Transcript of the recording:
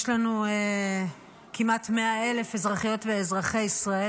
יש כמעט 100,000 אזרחיות ואזרחי ישראל